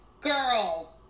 girl